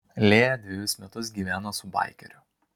lėja dvejus metus gyveno su baikeriu